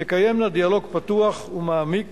תקיימנה דיאלוג פתוח ומעמיק